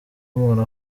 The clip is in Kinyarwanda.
umuntu